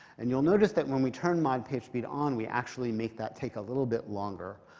and you'll notice that when we turn mod pagespeed on, we actually make that take a little bit longer.